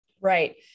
Right